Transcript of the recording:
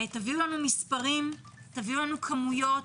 תנו לנו מספרים, תנו לנו כמויות.